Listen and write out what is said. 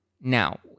Now